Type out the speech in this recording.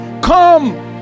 Come